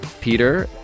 Peter